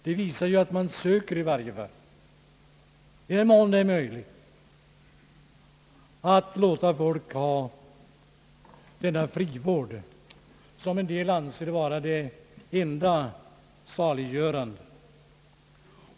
Det visar att man söker i den mån det är möjligt bruka frivård, som en del anser vara det enda saliggörande.